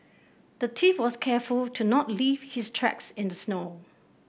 the thief was careful to not leave his tracks in the snow